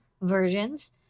versions